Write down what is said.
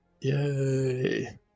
Yay